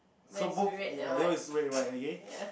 so both ya your is red white okay